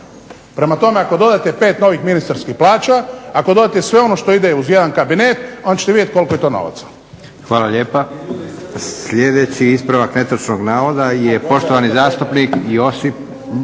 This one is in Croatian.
Prema tome, ako dodate pet novih ministarskih plaća, ako dodate sve ono što ide uz jedan kabinet onda ćete vidjeti koliko je to novaca.